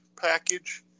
package